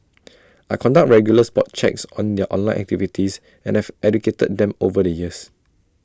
I conduct regular spot checks on their online activities and have educated them over the years